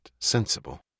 sensible